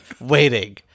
waiting